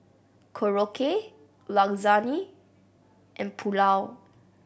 Korokke Lasagne and Pulao